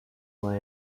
were